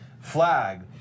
flag